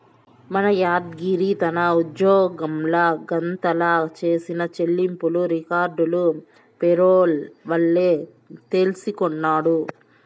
మన యాద్గిరి తన ఉజ్జోగంల గతంల చేసిన చెల్లింపులు రికార్డులు పేరోల్ వల్లే తెల్సికొన్నాడు